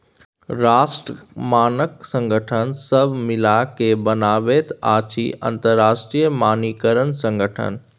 राष्ट्रक मानक संगठन सभ मिलिकए बनाबैत अछि अंतरराष्ट्रीय मानकीकरण संगठन